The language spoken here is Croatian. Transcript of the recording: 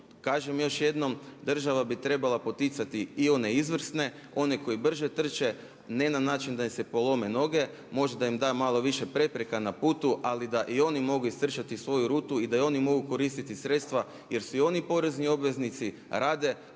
kažem još jednom država bi trebala poticati i one izvrsne, one koji brže trče ne na način da im se polome noge. Možda im da malo više prepreka na putu, ali da i oni mogu istrčati svoju rutu i da oni mogu koristiti sredstva jer su i oni porezni obveznici, rade,